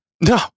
no